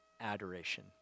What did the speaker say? adoration